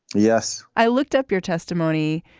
yes i looked up your testimony.